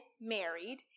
married